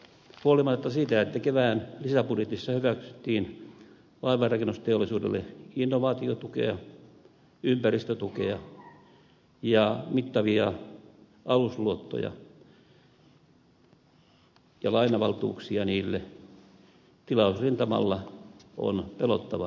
huolimatta siitä että kevään lisäbudjetissa hyväksyttiin laivanrakennusteollisuudelle innovaatiotukea ympäristötukea ja mittavia alusluottoja ja lainavaltuuksia niille tilausrintamalla on pelottavan hiljaista